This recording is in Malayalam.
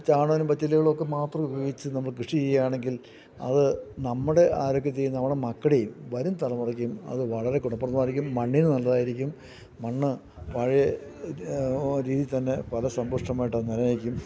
ചാണനും പച്ചിലകളും ഒക്കെ മാത്രം ഉപയോഗിച്ച് നമ്മൾ കൃഷി ചെയ്യാണെങ്കിൽ അത് നമ്മുടെ ആരോഗ്യത്തെയും നമ്മുടെ മക്കളുടെയും വരും തലമുറക്കയും അത് വളരെ ഗുണപ്രദമായിരിക്കും മണ്ണിന് നല്ലതായിരിക്കും മണ്ണ് പഴയ രീതി തന്നെ ഫലസമ്പുഷ്ടമായിട്ട് അത് നിലനിൽക്കും